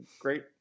great